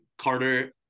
Carter